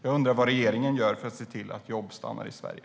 Jag undrar vad regeringen gör för att se till att jobb stannar i Sverige.